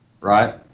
right